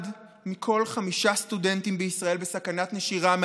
אחד מכל חמישה סטודנטים בישראל בסכנת נשירה מהלימודים.